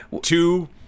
two